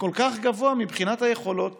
וכל כך גבוה מבחינת היכולות